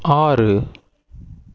ஆறு